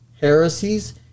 heresies